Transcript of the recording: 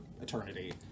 eternity